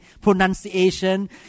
pronunciation